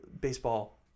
baseball